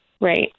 right